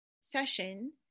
session